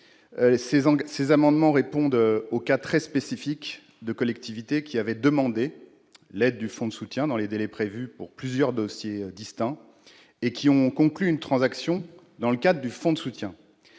structurés. Ils répondent au cas très spécifique de collectivités qui avaient demandé l'aide du fonds de soutien dans les délais prévus pour plusieurs dossiers distincts et qui ont conclu une transaction dans le cadre du fonds de soutien